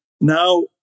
now